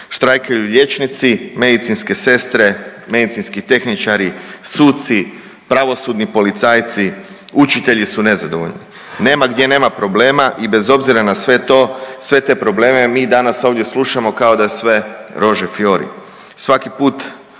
Štrajkaju liječnici, medicinske sestre, medicinski tehničari, suci, pravosudni policajci, učitelji su nezadovoljni. Nema gdje nema problema i bez obzira na sve to sve te probleme mi danas ovdje slušamo kao da sve „rože fjori“.